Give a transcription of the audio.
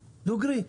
דוגרי,